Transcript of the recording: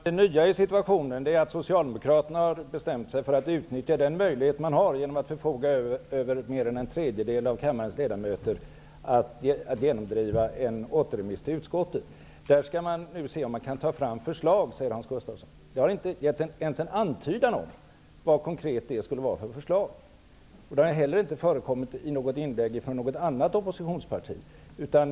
Herr talman! Det nya i situationen är att Socialdemokraterna har bestämt sig för att utnyttja den möjlighet man har, genom att man förfogar över mer än en tredjedel av kammarens ledamöter, till att genomdriva en återremiss till utskottet. Där skall man nu se om man kan ta fram förslag, sade Hans Gustafsson. Det har inte givits ens en antydan om vad för förslag det skulle vara. Det har inte heller antytts i något inlägg från något annat oppositionsparti.